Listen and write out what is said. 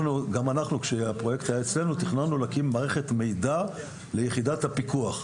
גם כשהפרויקט היה אצלנו תכננו להקים מערכת מידע ליחידת הפיקוח.